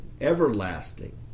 everlasting